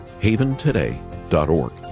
haventoday.org